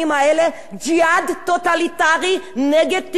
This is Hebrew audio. נגד התקשורת החופשית במדינה דמוקרטית.